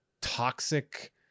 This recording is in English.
toxic